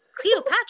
Cleopatra